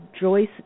Joyce